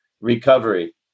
recovery